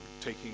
Taking